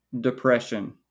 depression